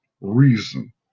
reason